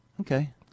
Okay